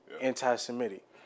anti-Semitic